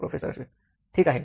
professor Ashwin ठीक आहे